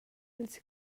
ils